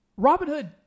Robinhood